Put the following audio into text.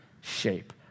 shape